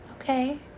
Okay